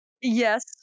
Yes